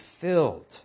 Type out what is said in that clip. filled